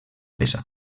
peça